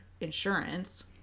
insurance